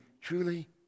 truly